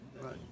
right